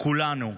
כולנו.